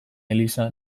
eliza